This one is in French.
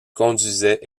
conduisait